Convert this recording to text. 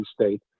state